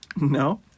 No